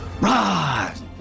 rise